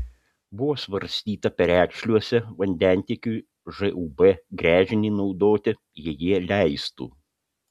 buvo svarstyta perekšliuose vandentiekiui žūb gręžinį naudoti jei jie leistų